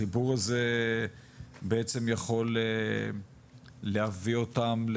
החיבור הזה בעצם יכול להביא אותם,